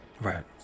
Right